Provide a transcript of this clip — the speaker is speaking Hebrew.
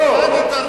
לא,